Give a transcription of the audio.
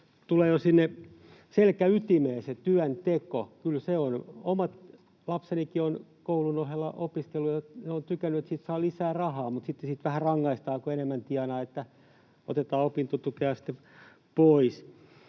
tulee jo sinne selkäytimeen. Omatkin lapseni ovat koulun ohella työskennelleet, ja he ovat tykänneet, kun siitä saa lisää rahaa, mutta sitten siitä vähän rangaistaan, kun enemmän tienaa, niin että otetaan opintotukea sitten pois.